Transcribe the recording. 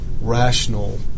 rational